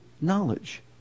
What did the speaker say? knowledge